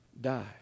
die